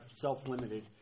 self-limited